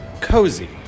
Cozy